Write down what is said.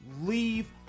leave